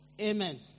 Amen